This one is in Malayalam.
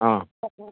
ആ